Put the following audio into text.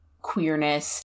queerness